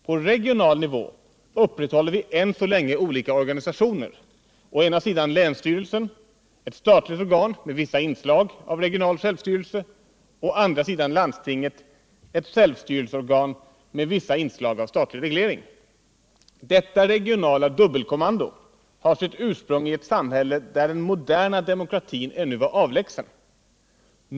På regional nivå upprätthåller vi än så länge olika organisationer: å ena sidan länsstyrelsen, ett statligt organ med vissa inslag av regional självstyrelse, å andra sidan landstinget, ett självstyrelseorgan med vissa inslag av statlig reglering. Detta regionala dubbelkommando har sitt ursprung i ett samhälle, där den moderna demokratin ännu var avlägsen.